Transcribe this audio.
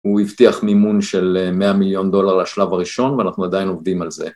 הוא הבטיח מימון של 100 מיליון דולר לשלב הראשון ואנחנו עדיין עובדים על זה.